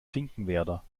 finkenwerder